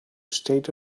state